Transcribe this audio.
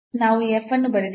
ನಾವು ಈ f ಅನ್ನು ಬರೆದಿದ್ದೇವೆ